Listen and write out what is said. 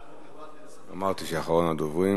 אמרתי שהוא אחרון הדוברים.